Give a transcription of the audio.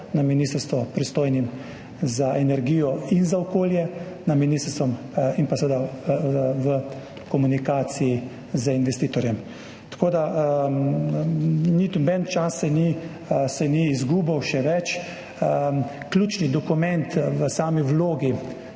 na ministrstvu, pristojnem za energijo in za okolje, in seveda v komunikaciji z investitorjem. Tako da noben čas se ni izgubil. Še več, ključni dokument v sami vlogi